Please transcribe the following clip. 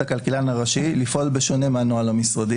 הכלכלן הראשי לפעול בשונה מהנוהל המשרדי